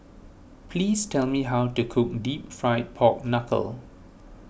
please tell me how to cook Deep Fried Pork Knuckle